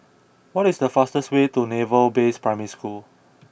what is the fastest way to Naval Base Primary School